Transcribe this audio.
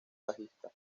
bajista